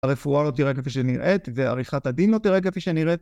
הרפואה לא תיראה כפי שנראית, ועריכת הדין לא תיראה כפי שנראית.